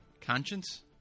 Conscience